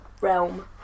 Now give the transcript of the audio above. realm